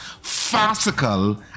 farcical